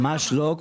ממש לא.